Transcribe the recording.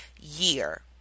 year